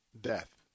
death